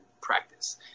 practice